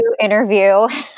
interview